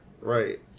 Right